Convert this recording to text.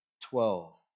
twelve